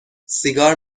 سیگار